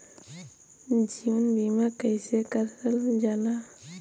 जीवन बीमा कईसे करल जाला?